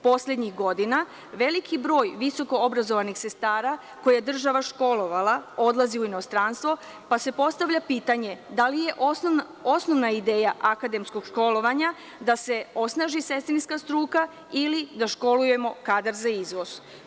Poslednjih godina, veliki broj visoko obrazovanih sestara, koje je država školovala odlazi u inostranstvo, pa se postavlja pitanje – da li je osnovna ideja akademskog školovanja da se osnaži sestrinska struka ili da školujemo kadar za izvoz?